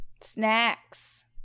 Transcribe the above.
Snacks